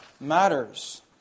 matters